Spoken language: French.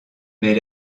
mais